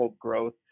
growth